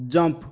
jump